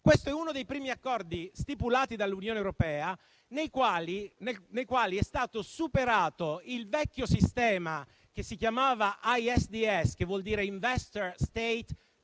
Questo è uno dei primi accordi stipulati dall'Unione europea nei quali è stato superato il vecchio sistema ISDS (che sta per *Investor-State